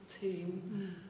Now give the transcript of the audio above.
team